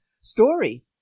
story